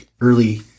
early